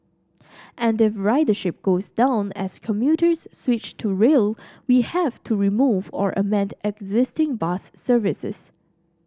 and if ridership goes down as commuters switch to rail we have to remove or amend existing bus services